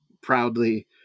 proudly